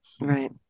Right